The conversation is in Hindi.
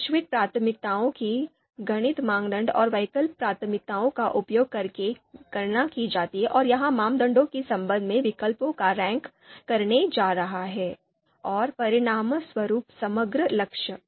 वैश्विक प्राथमिकताओं की गणना मानदंड और वैकल्पिक प्राथमिकताओं का उपयोग करके की जाती है और यह मानदंडों के संबंध में विकल्पों को रैंक करने जा रहा है और परिणामस्वरूप समग्र लक्ष्य